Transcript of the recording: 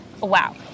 wow